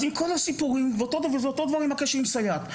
כל הסיפורים, ואותם דברים עם הסייעת,